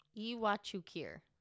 Iwachu-kir